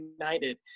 United